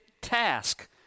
task